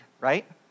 right